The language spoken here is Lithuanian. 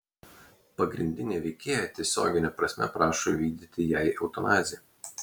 pagrindinė veikėja tiesiogine prasme prašo įvykdyti jai eutanaziją